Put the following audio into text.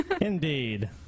Indeed